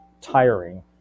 tiring